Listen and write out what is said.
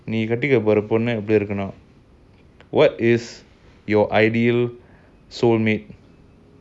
நீகட்டிக்கபோறபொண்ணுஎப்படிஇருக்கனும்:nee kattika pora ponnu epdi irukanum what is your ideal soulmate